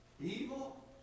evil